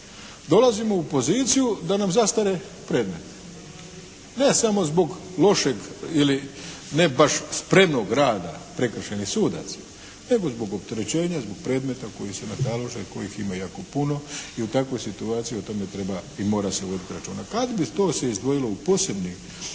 dolazimo u poziciju da nam zastare predmeti. Ne samo zbog lošeg ili ne baš spremnog rada prekršajnih sudaca nego zbog opterećenja, zbog predmeta koji se natalože i kojih ima jako puno i u takvoj situaciji o tome treba i mora se voditi računa. Kada bi to se izdvojilo u posebni dio